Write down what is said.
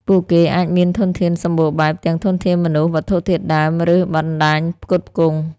ពួកគេអាចមានធនធានសម្បូរបែប ទាំងធនធានមនុស្ស វត្ថុធាតុដើម ឬបណ្តាញផ្គត់ផ្គង់។